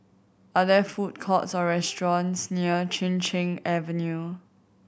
are there food courts or restaurants near Chin Cheng Avenue